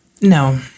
No